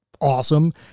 awesome